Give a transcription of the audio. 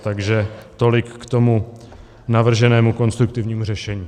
Takže tolik k tomu navrženému konstruktivnímu řešení.